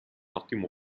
ottimo